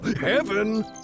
Heaven